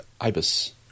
ibis